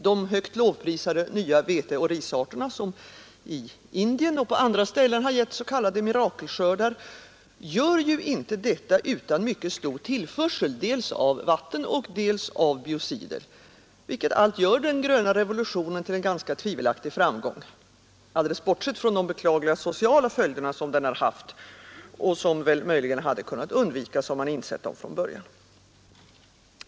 De så högt lovprisade nya veteoch risarterna, som i Indien och på andra ställen gett s.k. mirakelskördar, gör ju inte detta utan mycket stor tillförsel dels av vatten och dels av biocider, vilket allt innebär att den gröna revolutionen är en ganska tvivelaktig framgång — alldeles bortsett från de beklagliga sociala följder som den haft och som möjligen hade kunnat undvikas, om man insett dem från början.